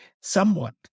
somewhat